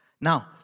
Now